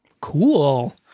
Cool